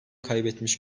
kaybetmiş